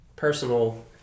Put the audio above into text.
personal